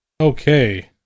Okay